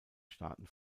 staaten